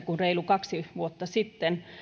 kuin reilu kaksi vuotta sitten